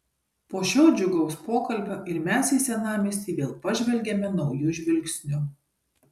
po šio džiugaus pokalbio ir mes į senamiestį vėl pažvelgiame nauju žvilgsniu